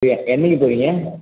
இல்லை என்றைக்கி போகிறீங்க